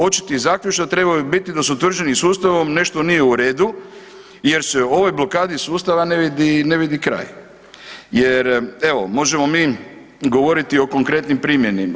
Očiti zaključak trebao bi biti da s utvrđenim sustavom nešto nije u redu jer se u ovoj blokadi sustava ne vidi kraj, jer evo možemo govoriti o konkretnim primjerima.